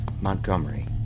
Montgomery